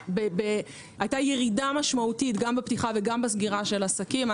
הייתה ירידה משמעותית גם בפתיחה וגם בסגירת עסקים.